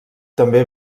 també